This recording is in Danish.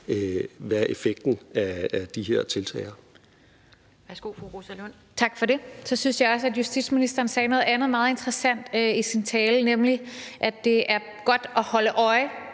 hvad effekten af de her tiltag er.